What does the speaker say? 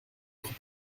notre